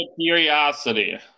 curiosity